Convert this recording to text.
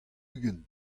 ugent